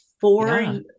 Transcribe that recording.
four